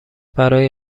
برای